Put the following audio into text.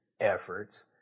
efforts